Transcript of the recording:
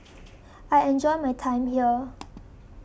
I enjoy my time here